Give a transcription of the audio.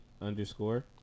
underscore